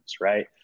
Right